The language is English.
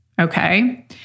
Okay